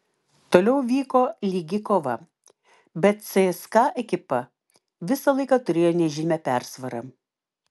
toliau vyko lygi kova bet cska ekipa visą laiką turėjo nežymią persvarą